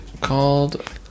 called